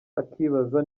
akibaza